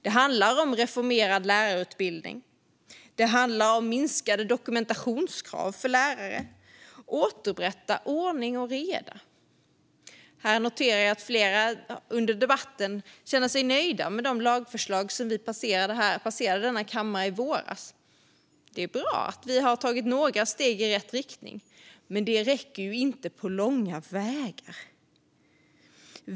Det handlar om reformerad lärarutbildning, om minskade dokumentationskrav för lärare och om att återupprätta ordning och reda. Jag noterar att flera under debatten känner sig nöjda med de lagförslag som passerade kammaren i våras. Det är bra att vi har tagit några steg i rätt riktning. Men det räcker inte på långa vägar.